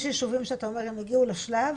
יש יישובים שאתה אומר הם הגיעו לשלב